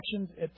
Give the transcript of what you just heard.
actions